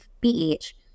PH